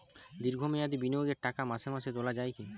দীর্ঘ মেয়াদি বিনিয়োগের টাকা মাসে মাসে তোলা যায় কি?